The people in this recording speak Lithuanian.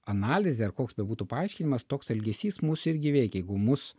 analizė ar koks bebūtų paaiškinimas toks elgesys mus irgi veikia jeigu mus